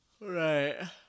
Right